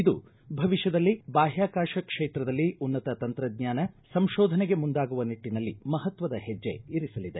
ಇದು ಭವಿಷ್ಠದಲ್ಲಿ ಬಾಹ್ಯಾಕಾಶ ಕ್ಷೇತ್ರದಲ್ಲಿ ಉನ್ನತ ತಂತ್ರಜ್ಞಾನ ಸಂಶೋಧನೆಗೆ ಮುಂದಾಗುವ ನಿಟ್ಟನಲ್ಲಿ ಮಹತ್ವದ ಹೆಜ್ಜೆ ಇರಿಸಲಿದೆ